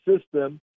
system